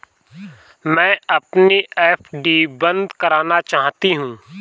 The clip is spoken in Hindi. मैं अपनी एफ.डी बंद करना चाहती हूँ